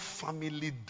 family